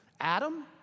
Adam